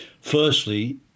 Firstly